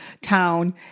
town